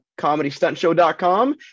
comedystuntshow.com